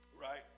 right